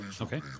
Okay